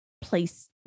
place